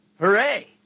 Hooray